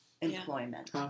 employment